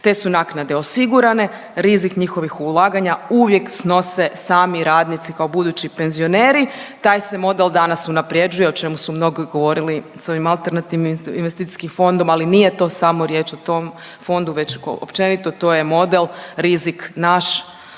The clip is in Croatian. te su naknade osigurane, rizik njihovih ulaganja uvijek snose sami radnici kao budući penzioneri, taj se model danas unaprjeđuje, o čemu su mnogi govorili s ovim AIF-om, ali nije to samo riječ o tom fondu već općenito to je model „rizik naš,